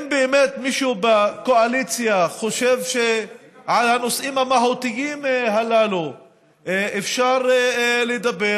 אם באמת מישהו בקואליציה חושב שעל הנושאים המהותיים הללו אפשר לדבר,